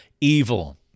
evil